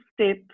step